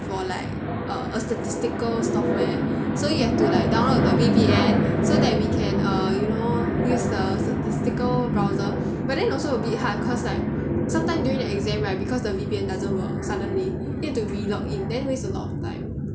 for like a statistical software so you have to like download the V_P_N so that we can err you know press the statistical browser but then also a bit hard cause like sometime doing the exam right the V_P_N doesn't work suddenly need to re login then waste a lot of time